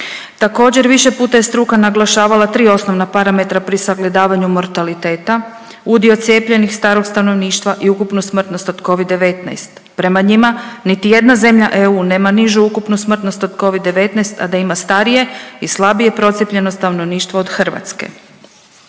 Također više je puta struka naglašavala tri osnovna parametra pri sagledavanju mortaliteta, udio cijepljenih, starog stanovništva i ukupnu smrtnost od covid-19. Prema njima, niti jedna zemlja EU nema nižu ukupnu smrtnost od covid-19 a da ima starije i slabije procijepljeno stanovništvo od Hrvatske.